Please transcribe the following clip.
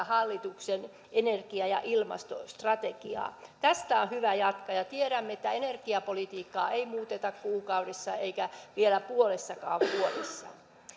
hallituksen energia ja ilmastostrategiaa tästä on hyvä jatkaa ja tiedämme että energiapolitiikkaa ei muuteta kuukaudessa eikä vielä puolessakaan vuodessa